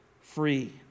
free